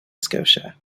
scotia